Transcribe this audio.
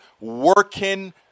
working